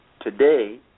Today